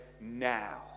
now